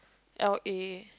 L_A